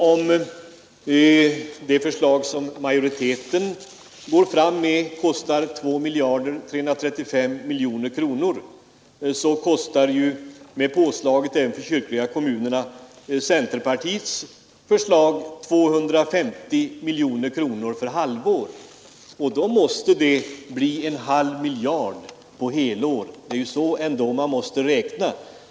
Om det förslag som majoriteten går fram med kostar 2 miljarder 335 miljoner kronor, så kostar ju — med påslaget även för de kyrkliga kommunerna — centerpartiets förslag 250 miljoner för halvår, och det måste bli en halv miljard för helår. Det är ändå så man måste räkna.